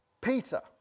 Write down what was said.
Peter